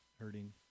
hurting